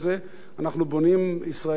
אנחנו בונים ישראל לעתיד,